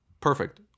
Perfect